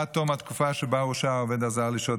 עד תום התקופה שבה הורשה העובד הזר לשהות